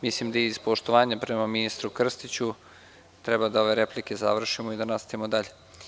Mislim da iz poštovanja prema ministru Krstiću treba ove replike da završimo i da nastavimo dalje.